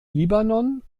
libanon